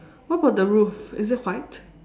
what about the roof is it white